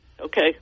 Okay